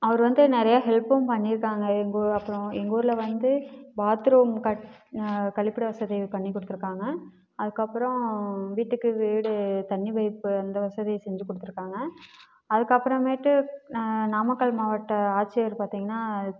அவர் வந்து நிறையா ஹெல்ப்பும் பண்ணியிருக்காங்க எங்கள் ஊ அப்புறம் எங்கள் ஊரில் வந்து பாத்ரூம் க கழிப்பிட வசதி பண்ணி கொடுத்துருக்காங்க அதுக்கப்புறம் வீட்டுக்கு வீடு தண்ணி பைப்பு அந்த வசதி செஞ்சு கொடுத்துருக்காங்க அதுக்கப்புறமேட்டு நாமக்கல் மாவட்ட ஆட்சியர் பார்த்திங்கன்னா